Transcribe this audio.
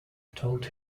told